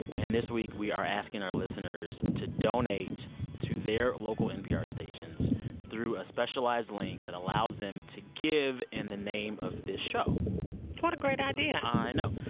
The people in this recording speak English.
and this week, we are asking our listeners to donate to their local npr stations through a specialized link that allows them to give in the name of this show what a great idea i know.